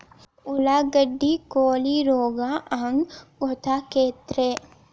ಉಳ್ಳಾಗಡ್ಡಿ ಕೋಳಿ ರೋಗ ಹ್ಯಾಂಗ್ ಗೊತ್ತಕ್ಕೆತ್ರೇ?